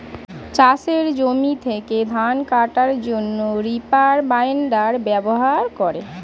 চাষের জমি থেকে ধান কাটার জন্যে রিপার বাইন্ডার ব্যবহার করে